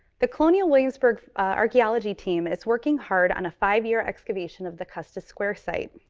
the colonial williamsburg archeology team is working hard on a five-year excavation of the custis square site.